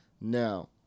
Now